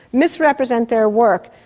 misrepresent their work,